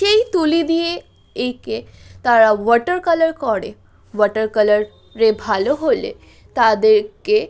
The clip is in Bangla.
সেই তুলি দিয়ে এই কে তারা ওয়াটার কালার করে ওয়াটার কালারে ভালো হলে তাদেরকে